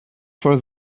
for